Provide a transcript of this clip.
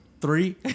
Three